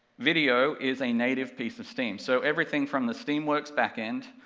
video is a native piece of steam, so everything from the steamworks back end,